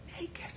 Naked